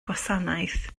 gwasanaeth